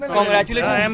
Congratulations